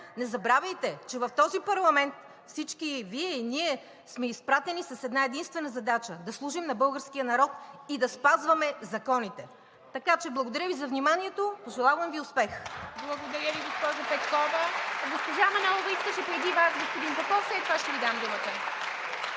не забравяйте, че в този парламент всички – и Вие, и ние, сме изпратени с една единствена задача – да служим на българския народ и да спазваме законите! Благодаря Ви за вниманието. Пожелавам Ви успех!